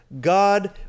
God